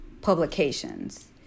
publications